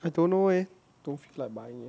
I don't know eh don't like buying